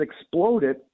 exploded